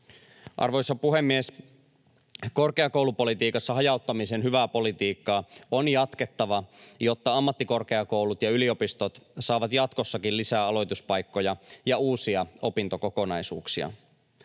Arvoisa puhemies! Korkeakoulupolitiikassa hajauttamisen hyvää politiikkaa on jatkettava, jotta ammattikorkeakoulut ja yliopistot saavat jatkossakin lisää aloituspaikkoja ja uusia opintokokonaisuuksia.